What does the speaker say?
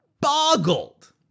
boggled